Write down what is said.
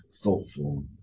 thoughtful